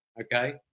okay